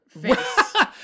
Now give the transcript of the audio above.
face